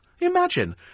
Imagine